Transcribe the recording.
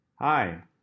Hi